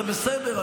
זה בסדר,